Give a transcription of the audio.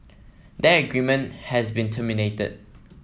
that agreement has been terminated